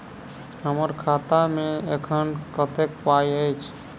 हम्मर खाता मे एखन कतेक पाई अछि?